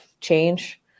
change